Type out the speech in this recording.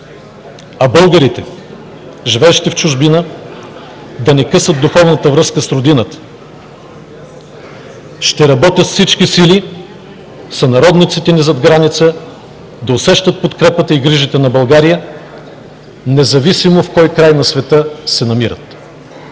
а българите, живеещи в чужбина, да не късат духовната връзка с родината. Ще работя с всички сили сънародниците ни зад граница да усещат подкрепата и грижите на България, независимо в кой край на света се намират.